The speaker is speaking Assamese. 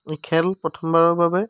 এই খেল প্ৰথমবাৰৰ বাবে